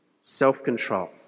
self-control